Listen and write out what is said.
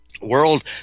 World